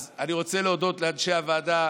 אז אני רוצה להודות לאנשי הוועדה,